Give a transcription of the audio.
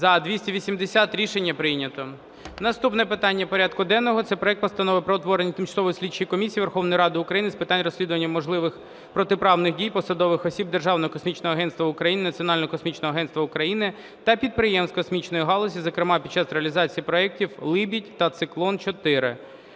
За-280 Рішення прийнято. Наступне питання порядку денного – це проект Постанови про утворення Тимчасової слідчої комісії Верховної Ради України з питань розслідування можливих протиправних дій посадових осіб Державного космічного агентства України (Національного космічного агентства України) та підприємств космічної галузі, зокрема під час реалізації проектів "Либідь" та "Циклон-4".